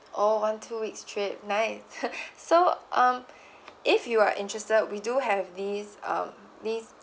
oh one two weeks trip nice so um if you are interested we do have this um this